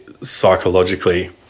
psychologically